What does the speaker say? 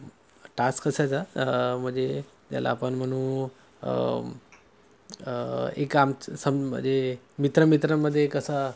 task कसायचा म्हणजे त्याला आपण म्हणू एक आमचं सम म्हणजे मित्र मित्रांमध्ये कसा